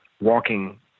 walking